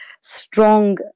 strong